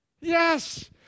Yes